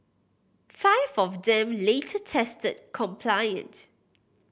five of them later tested compliant